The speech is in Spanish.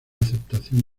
aceptación